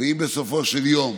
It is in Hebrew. ואם בסופו של יום